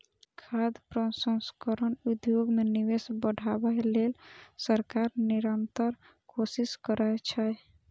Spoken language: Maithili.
खाद्य प्रसंस्करण उद्योग मे निवेश बढ़ाबै लेल सरकार निरंतर कोशिश करै छै